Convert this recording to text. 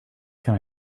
can